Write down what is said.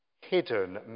Hidden